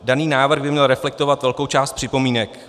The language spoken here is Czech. Daný návrh by měl reflektovat velkou část připomínek.